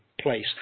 place